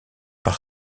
par